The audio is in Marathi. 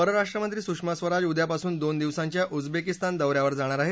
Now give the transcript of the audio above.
परराष्ट्रमंत्री सुषमा स्वराज उद्यापासून दोन दिवसांच्या उजबेकिस्तान दौऱ्यावर जाणार आहेत